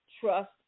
trust